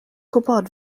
gwybod